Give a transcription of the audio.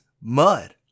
mud